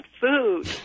food